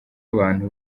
abantu